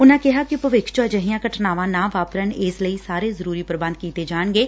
ਉਨਾਂ ਕਿਹਾ ਕਿ ਭਵਿੱਖ ਚ ਅਜਿਹੀਆਂ ਘਟਨਾਵਾਂ ਨਾ ਹੋਣ ਇਸ ਲਈ ਸਾਰੇ ਜ਼ਰੁਰੀ ਪ੍ਰਬੰਧ ਕੀਤੇ ਜਾਣਗੇ